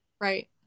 Right